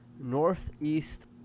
northeast